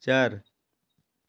चार